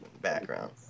background